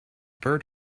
bird